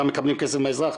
גם מקבלים כסף מהאזרח,